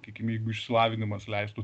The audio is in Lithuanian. tikimybių išsilavinimas leistų